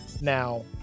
Now